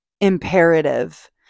imperative